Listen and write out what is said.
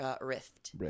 Rift